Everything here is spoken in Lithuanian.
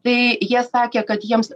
tai jie sakė kad jiems